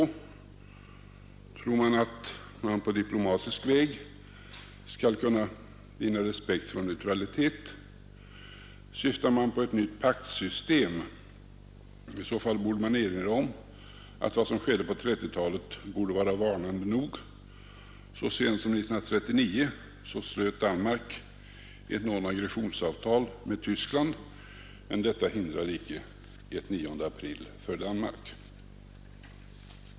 Tror man att man på diplomatisk väg skall kunna vinna respekt för vår neutralitet? Syftar man på ett nytt paktsystem? I så fall borde vad som skedde på 1930-talet vara varnande nog. Så sent som 1939 slöt Danmark ett nonagressionsavtal med Tyskland, men det hindrade icke ett 9 april för Danmark.